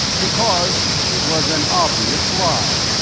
because it was an obvious lie.